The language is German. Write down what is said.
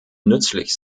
nützlich